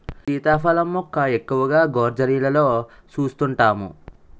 సీతాఫలం మొక్క ఎక్కువగా గోర్జీలలో సూస్తుంటాము